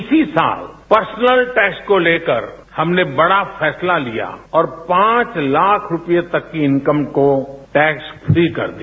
इसी साल personal tax को लेकर हमने बड़ा फैसला लिया और पांच लाख रुपये तक की इनकम को टैक्सम फ्री कर दिया